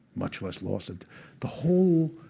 much less loss, and the whole,